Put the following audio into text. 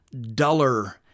duller